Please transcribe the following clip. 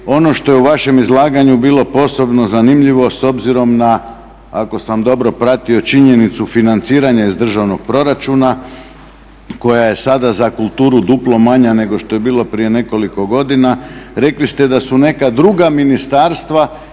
ono što je u vašem izlaganju bilo posebno zanimljivo s obzirom na ako sam dobro pratio činjenicu financiranja iz državnog proračuna koja je sada za kulturu duplo manja nego što je bilo prije nekoliko godina. Rekli ste da su neka druga ministarstva